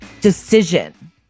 decision